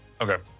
Okay